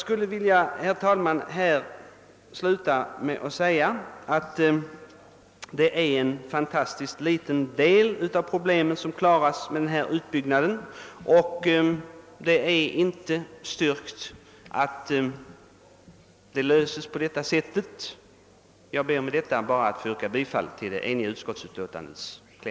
De aktuella problemen torde endast i ringa utsträckning kunna lösas genom en utbyggnad; det har för övrigt inte styrkts att de alls kan lösas på detta sätt. Med dessa ord ber jag att få yrka bifall till det enhälliga utskottsförsla